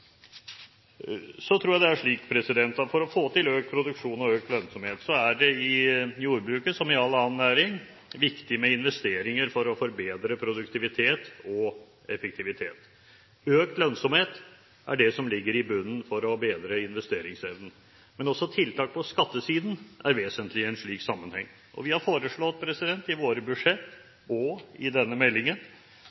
Så tror jeg det er slik at for å få til økt produksjon og økt lønnsomhet er det i jordbruket som i all annen næring viktig med investeringer for å forbedre produktivitet og effektivitet. Økt lønnsomhet er det som ligger i bunnen for å bedre investeringsevnen, men også tiltak på skattesiden er vesentlig i en slik sammenheng. Vi har foreslått i våre